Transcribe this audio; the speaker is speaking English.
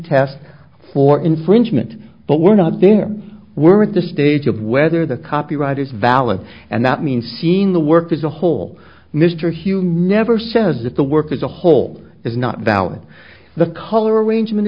test for infringement but we're not there we're at the stage of whether the copyright is valid and that means seen the work as a whole mr hume never says that the work as a whole is not valid the color arrangement